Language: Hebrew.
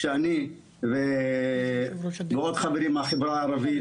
שאני ועוד חברים מהחברה הערבית